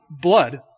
blood